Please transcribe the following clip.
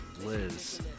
Liz